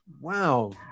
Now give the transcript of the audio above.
wow